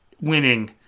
winning